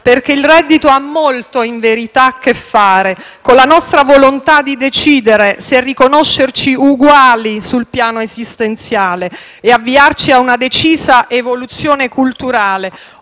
con sé. Il reddito ha in verità molto a che fare con la nostra volontà di decidere se riconoscerci uguali sul piano esistenziale e avviarci a una decisa evoluzione culturale